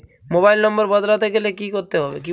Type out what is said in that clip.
Mobile নম্বর বদলাতে গেলে কি করতে হবে?